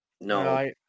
No